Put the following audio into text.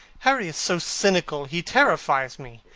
harry is so cynical, he terrifies me.